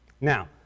Now